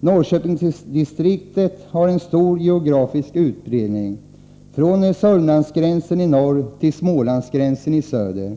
Norrköpingsdistriktet har en stor geografisk utbredning — från Södermanlandsgränseni norr till Smålandsgränsen i söder.